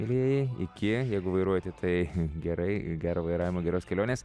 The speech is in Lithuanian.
i iki jeigu vairuojate tai gerai gero vairavimo geros kelionės